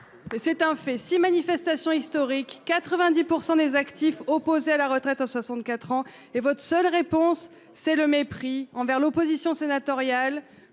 c'est un fait si manifestations historiques, 90% des actifs, opposé à la retraite à 64 ans et votre seule réponse, c'est le mépris envers l'opposition sénatoriale